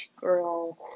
girl